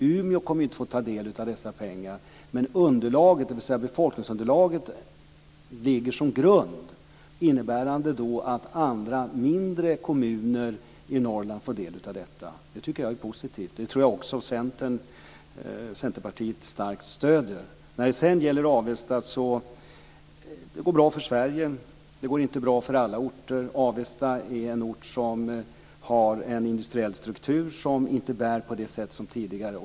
Umeå kommer inte att få ta del av dessa pengar, men befolkningsunderlaget ligger som grund, innebärande att andra, mindre kommuner i Norrland får del av detta. Det tycker jag är positivt. Det tror jag också Centerpartiet starkt stöder. Det går bra för Sverige, men det går inte bra för alla orter. Avesta är en ort som har en industriell struktur som inte bär på samma sätt som tidigare.